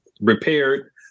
repaired